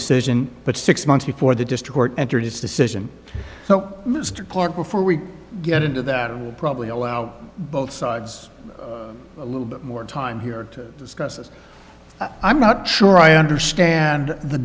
decision but six months before the distort entered its decision so mr clark before we get into that will probably allow both sides a little bit more time here to discuss this i'm not sure i understand the